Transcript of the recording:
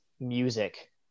music